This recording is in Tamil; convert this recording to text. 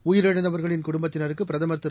உயிரிழந்தவர்களின் குடும்பத்தினருக்கு பிரதமர் திரு